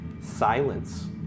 Silence